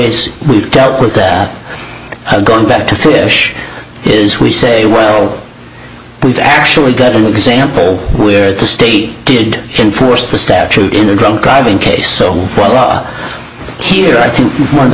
ways we've dealt with that i've gone back to fish is we say well we've actually got an example where the state did can force the statute in a drunk driving case so here i think one of the